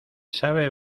sabe